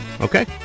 okay